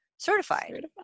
certified